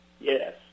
Yes